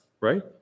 right